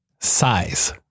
size